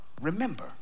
remember